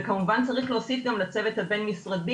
וכמובן גם צריך להוסיף לצוות הבין-משרדי